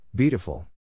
Beautiful